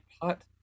pot